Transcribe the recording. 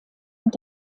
und